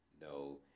no